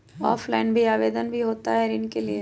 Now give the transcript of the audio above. Offline भी आवेदन भी होता है ऋण के लिए?